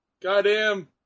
Goddamn